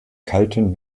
kalten